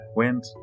went